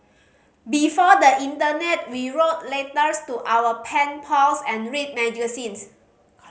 before the internet we wrote letters to our pen pals and read magazines